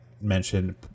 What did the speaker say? mentioned